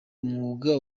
umwuga